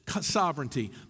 sovereignty